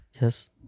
Yes